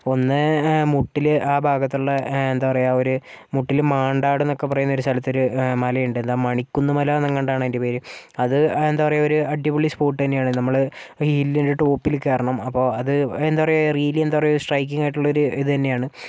ഒന്നേ മുട്ടിൽ ആ ഭാഗത്തുള്ള ആ എന്താ പറയുക ഒരു മുട്ടിൽ മാണ്ടാട് എന്നൊക്കെ പറയുന്ന സ്ഥലത്തൊരു മലയുണ്ട് എന്താ മണിക്കുന്ന് മലയെന്നങ്ങാണ്ടാണ് അതിൻ്റെ പേര് അത് എന്താ പറയുക ഒരു അടിപൊളി സ്പോട്ട് തന്നെയാണ് നമ്മൾ ഹില്ലിൽ ടോപ്പിൽ കയറണം അപ്പോൾ അത് എന്താ പറയുക റിയലി എന്താ പറയുക ഒരു സ്ട്രൈക്കിങ് ആയിട്ടുള്ള ഇത് തന്നെയാണ്